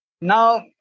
Now